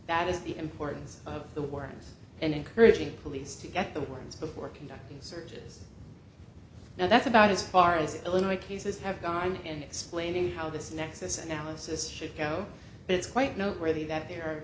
that is the importance of the warrant and encouraging police to get the ones before conducting searches now that's about as far as illinois cases have gone and explaining how this nexus analysis should go it's quite noteworthy that there are